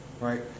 Right